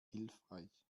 hilfreich